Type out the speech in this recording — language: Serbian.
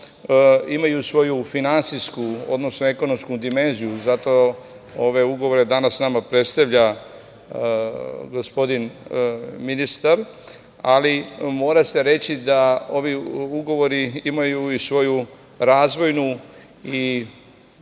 imaju svoju finansijsku, odnosno ekonomsku dimenziju, zato ove ugovore danas nama predstavlja gospodin ministar, ali mora se reći da ovi ugovori imaju i svoju razvojnu i